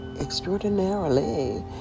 extraordinarily